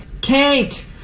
Kate